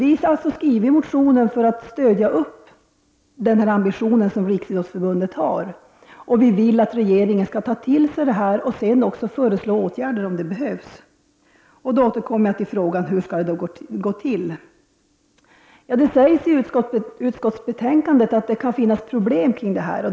Vi har alltså skrivit den här motionen för att stödja Riksidrottsförbundet. Vi vill att regeringen skall ta till sig detta och föreslå åtgärder om så behövs. Hur skall detta alltså gå till? Det sägs i utskottsbetänkandet att det kan finnas problem kring det hela.